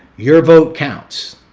your vote counts.